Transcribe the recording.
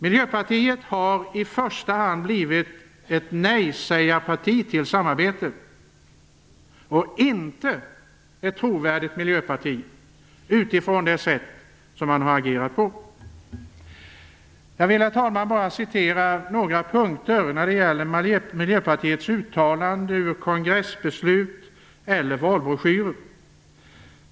Miljöpartiet har i första hand blivit ett nej-sägarparti till samarbete och inte ett trovärdigt miljöparti utifrån det sätt som man har agerat på. Herr talman! Jag vill bara citera några punkter ur Miljöpartiets uttalanden, kongressbeslut och valbroschyrer.